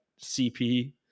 CP